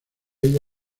ella